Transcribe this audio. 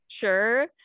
sure